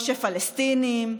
או שפלסטינים,